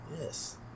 Yes